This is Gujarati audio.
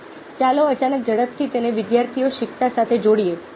હવે ચાલો અચાનક ઝડપથી તેને વિદ્યાર્થીઓ શીખતા સાથે જોડીએ